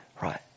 Right